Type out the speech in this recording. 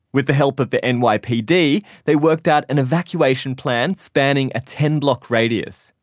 with the help of the and nypd, they worked out an evacuation plan spanning a ten block radius.